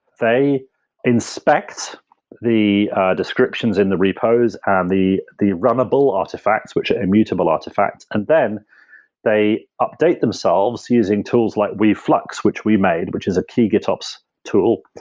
they inspect the descriptions in the repos and the the runnable artifacts, which are immutable artifacts, and then they update themselves using tools like weave flux, which we made, which is a key gitops tool.